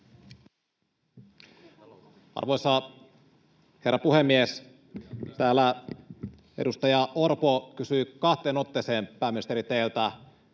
Arvoisa herra puhemies! Täällä edustaja Orpo kysyi kahteen otteeseen, pääministeri, teiltä